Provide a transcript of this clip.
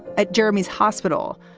at jeremy's hospital.